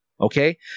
Okay